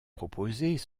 proposées